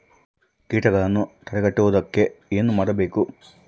ಕೇಟಗಳನ್ನು ತಡೆಗಟ್ಟುವುದಕ್ಕೆ ಏನು ಮಾಡಬೇಕು?